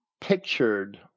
pictured